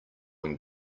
when